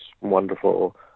wonderful